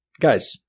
guys